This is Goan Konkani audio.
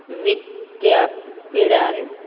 विद्यापिठान